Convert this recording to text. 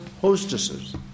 hostesses